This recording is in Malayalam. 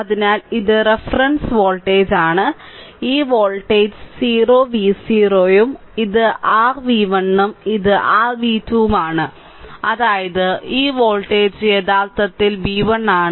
അതിനാൽ ഇത് റഫറൻസ് വോൾട്ടേജാണ് ഈ വോൾട്ടേജ് 0 v 0 0 ഉം ഇത് r v1 ഉം ഇത് r v2 ഉം ആണ് അതായത് ഈ വോൾട്ടേജ് യഥാർത്ഥത്തിൽ v1